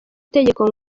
itegeko